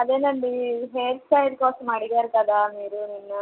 అదే అండి hair style కోసం అడిగారు కదా మీరు నిన్న